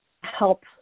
help